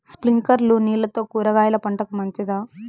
స్ప్రింక్లర్లు నీళ్లతో కూరగాయల పంటకు మంచిదా?